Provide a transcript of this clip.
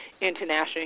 international